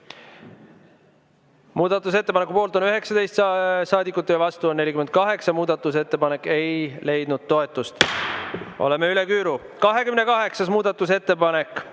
Muudatusettepaneku poolt on 19 saadikut ja vastu on 48. Muudatusettepanek ei leidnud toetust. Oleme jõudnud üle küüru. 28. muudatusettepanek,